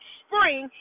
spring